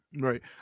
Right